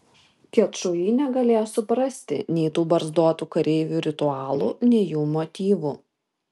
kečujai negalėjo suprasti nei tų barzdotų kareivių ritualų nei jų motyvų